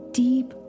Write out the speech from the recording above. deep